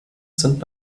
sind